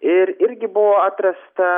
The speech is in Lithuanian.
ir irgi buvo atrasta